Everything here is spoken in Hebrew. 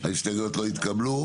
ההסתייגויות לא התקבלו.